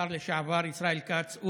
השר לשעבר ישראל כץ.